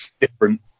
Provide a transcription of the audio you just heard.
different